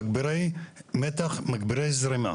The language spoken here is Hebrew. מגברי מתח, מגבירי זרימה.